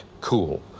cool